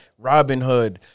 Robinhood